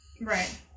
Right